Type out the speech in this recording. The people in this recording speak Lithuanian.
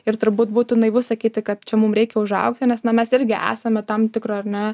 ir turbūt būtų naivu sakyti kad čia mums reikia užaugti nes na mes irgi esame tam tikra ar ne